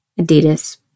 Adidas